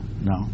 no